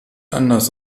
anders